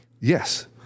Yes